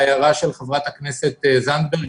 ההערה של חברת הכנסת זנדברג,